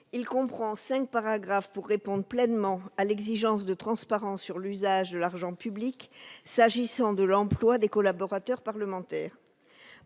Il comprend cinq paragraphes pour répondre pleinement à l'exigence de transparence sur l'usage de l'argent public s'agissant de l'emploi des collaborateurs parlementaires.